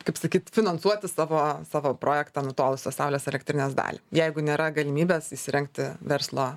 kaip sakyt finansuoti savo savo projektą nutolusios saulės elektrinės dalį jeigu nėra galimybės įsirengti verslo